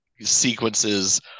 sequences